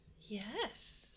Yes